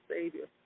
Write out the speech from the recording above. Savior